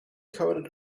coated